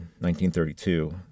1932